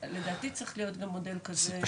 לדעתי צריך להיות גם מודל כזה.